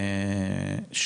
שאני מנהל את הוועדה הזאת, שבהם